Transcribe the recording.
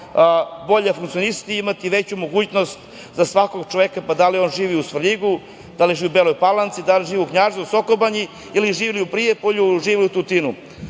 bolje funkcionisati i imati veću mogućnost za svakog čoveka, pa da li on živeo u Svrljigu, da li živeo u Beloj Palanci, da li živeo u Knjaževcu, Sokobanji ili u Prijepolju, Tutinu.